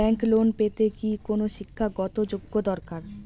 Bank loan পেতে কি কোনো শিক্ষা গত যোগ্য দরকার?